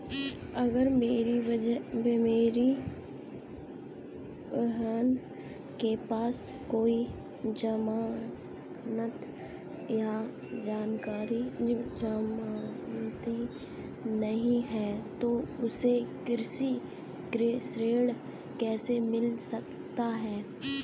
अगर मेरी बहन के पास कोई जमानत या जमानती नहीं है तो उसे कृषि ऋण कैसे मिल सकता है?